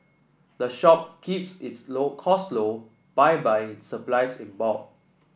the shop keeps its low cost low by buying supplies in bulk